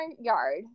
yard